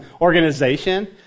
organization